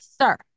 sir